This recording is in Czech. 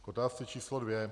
K otázce číslo dvě.